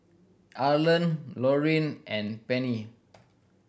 Arlan Lauryn and Pennie